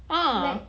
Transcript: ah